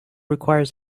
requires